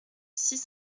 six